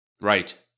Right